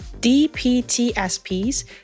DPTSPs